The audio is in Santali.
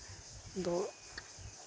ᱫᱚ